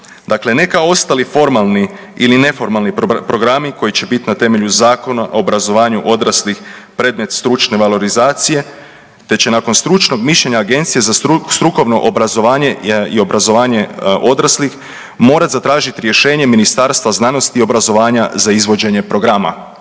Dakle, ne kao ostali formalni ili neformalni programi koji će biti na temelju Zakona o obrazovanju odraslih predmet stručne valorizacije te će nakon stručnog mišljenja Agencije za strukovno obrazovanje i obrazovanje odraslih morat zatražit rješenje Ministarstva znanosti i obrazovanja za izvođenje programa.